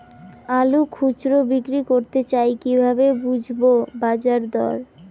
আলু খুচরো বিক্রি করতে চাই কিভাবে বুঝবো বাজার দর?